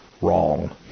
Wrong